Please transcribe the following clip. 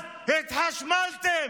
אז התחשמלתם.